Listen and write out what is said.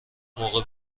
موقع